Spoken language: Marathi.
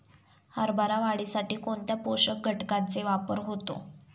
हरभरा वाढीसाठी कोणत्या पोषक घटकांचे वापर होतो?